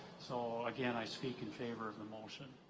so again i speak in favor of the motion.